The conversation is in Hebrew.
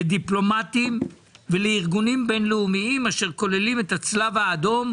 לדיפלומטים ולארגונים בין לאומיים אשר כוללים את הצלב האדום,